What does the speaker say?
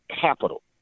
capital